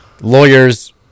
lawyers